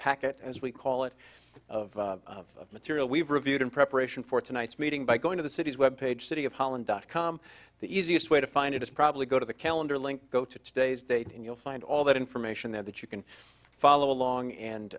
packet as we call it of material we've reviewed in preparation for tonight's meeting by going to the city's web page city of holland dot com the easiest way to find it is probably go to the calendar link go to today's date and you'll find all that information there that you can follow along and